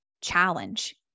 challenge